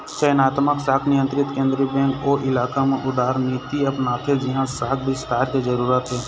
चयनात्मक शाख नियंत्रन केंद्रीय बेंक ओ इलाका म उदारनीति अपनाथे जिहाँ शाख बिस्तार के जरूरत हे